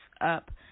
up